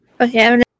Okay